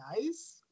nice